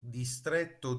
distretto